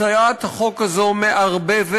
הצעת החוק הזו מערבבת